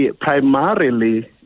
primarily